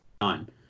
done